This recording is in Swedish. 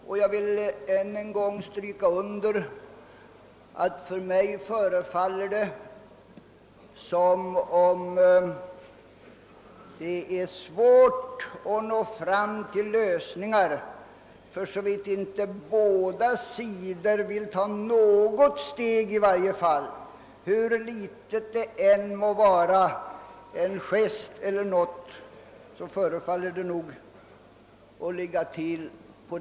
Och jag vill än en gång stryka under att det förefaller mig som om det är svårt att nå fram till lösningar för så vitt inte båda sidor vill ta i varje fall något steg, hur litet det än må vara.